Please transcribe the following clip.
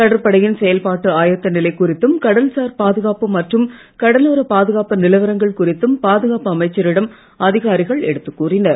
கடற்படையின் செயல்பாட்டு ஆயத்த நிலை குறித்தும் கடல்சார் பாதுகாப்பு மற்றும் கடலோர பாதுகாப்பு நிலவரங்கள் குறித்தும் பாதுகாப்பு அமைச்சரிடம் அதிகாரிகள் எடுத்துக் கூறினர்